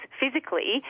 physically